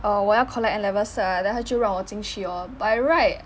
err 我要 collect N level cert ah then 他就让我进去 lor by right